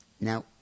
Now